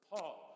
Paul